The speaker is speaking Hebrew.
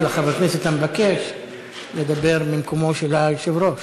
לחבר כנסת המבקש לדבר ממקומו של היושב-ראש,